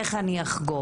איך אני אחגוג?"